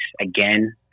again